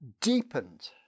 deepened